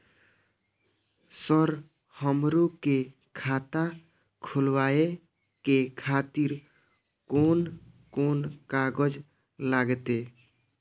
Sir हमरो के खाता खोलावे के खातिर कोन कोन कागज लागते?